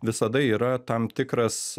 visada yra tam tikras